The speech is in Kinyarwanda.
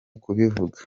kubivuga